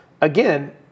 again